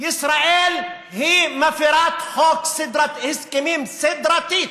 ישראל היא מפירת הסכמים סדרתית.